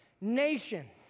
nation